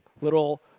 Little